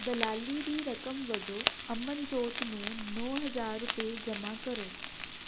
ਦਲਾਲੀ ਦੀ ਰਕਮ ਵਜੋਂ ਅਮਨਜੋਤ ਨੂੰ ਨੌਂ ਹਜ਼ਾਰ ਰੁਪਏ ਜਮਾਂ ਕਰੋ